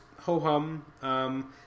ho-hum